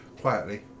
Quietly